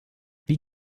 wie